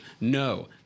no